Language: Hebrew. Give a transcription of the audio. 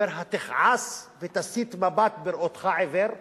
אומר: התכעס ותסיט מבט בראותך עיוור?